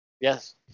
Yes